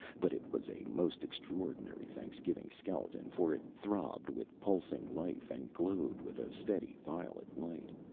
but it was a most extraordinary thanksgiving skeleton, for it throbbed with pulsing life and glowed with a steady violet light.